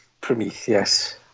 Prometheus